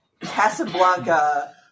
Casablanca